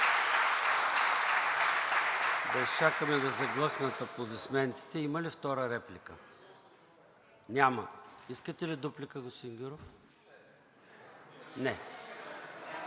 Да изчакаме да заглъхнат аплодисментите. Има ли втора реплика? Няма. Искате ли дуплика, господин Гюров?